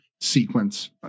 sequence